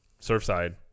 Surfside